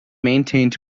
maintained